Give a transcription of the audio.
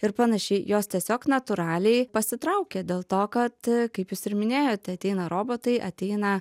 ir panašiai jos tiesiog natūraliai pasitraukia dėl to kad kaip jūs ir minėjote ateina robotai ateina